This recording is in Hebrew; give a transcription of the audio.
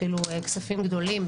אפילו כספים גדולים,